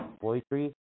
poetry